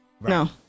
No